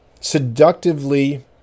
seductively